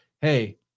Hey